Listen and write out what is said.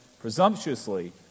presumptuously